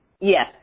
Yes